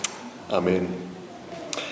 Amen